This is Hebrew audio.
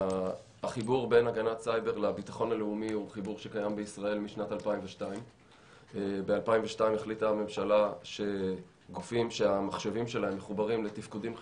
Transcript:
החיבור בין הגנת סייבר לביטחון הלאומי הוא חיבור שקיים בישראל משנת 2002. ב-2002 החליטה הממשלה שגופים שהמחשבים שלהם מחוברים לתפקודים חיוניים,